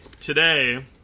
Today